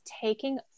taking